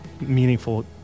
meaningful